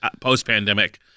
post-pandemic